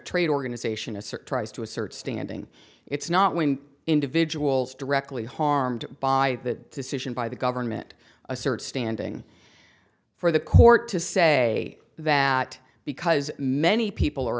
trade organization assert tries to assert standing it's not when individuals directly harmed by that decision by the government assert standing for the court to say that because many people are